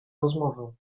rozmowę